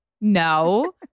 no